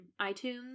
iTunes